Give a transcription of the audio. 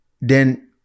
then-